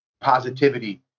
positivity